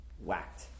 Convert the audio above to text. whacked